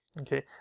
Okay